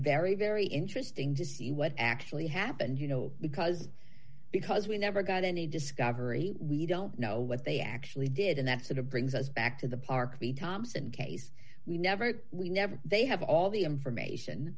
very very interesting to see what actually happened you know because because we never got any discovery we don't know what they actually did and that sort of brings us back to the park the thompson case we never we never they have all the information